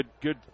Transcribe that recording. good –